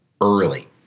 early